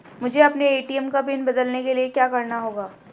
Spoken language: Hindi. मुझे अपने ए.टी.एम का पिन बदलने के लिए क्या करना होगा?